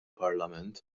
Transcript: parlament